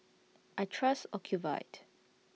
I Trust Ocuvite